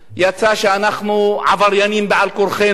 יצא שאנחנו עבריינים על-כורחנו.